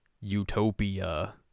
Utopia